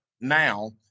now